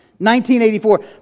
1984